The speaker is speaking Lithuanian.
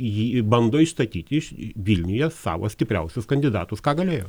jį bando įstatyti vilniuje savo stipriausius kandidatus ką galėjo